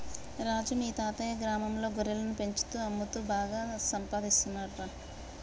రాజు మీ తాతయ్యా గ్రామంలో గొర్రెలను పెంచుతూ అమ్ముతూ బాగా సంపాదిస్తున్నాడురా